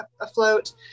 afloat